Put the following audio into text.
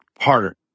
harder